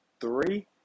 three